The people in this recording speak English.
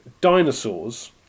Dinosaurs